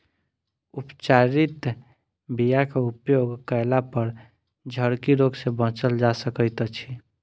उपचारित बीयाक उपयोग कयलापर झरकी रोग सँ बचल जा सकैत अछि